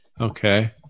Okay